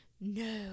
No